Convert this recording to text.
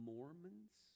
Mormons